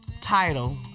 title